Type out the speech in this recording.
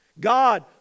God